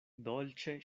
dolĉe